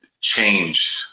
changed